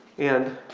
and